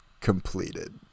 completed